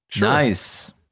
Nice